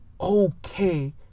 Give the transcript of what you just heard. okay